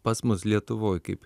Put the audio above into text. pas mus lietuvoj kaip